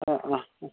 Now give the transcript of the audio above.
ആ ആ ആ